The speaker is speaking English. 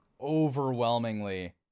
overwhelmingly